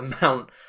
amount